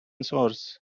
source